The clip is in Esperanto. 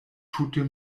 tute